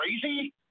crazy